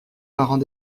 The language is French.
parents